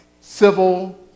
civil